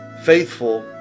faithful